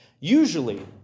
Usually